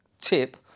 tip